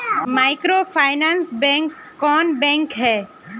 Microfinance bank कौन bank है?